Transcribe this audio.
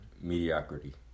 mediocrity